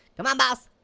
come on boss.